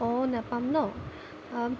অঁ নাপাম ন